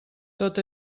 tot